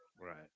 Right